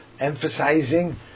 emphasizing